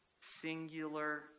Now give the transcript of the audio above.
Singular